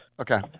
Okay